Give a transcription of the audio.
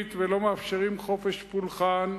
היהודית ולא מאפשרים חופש פולחן,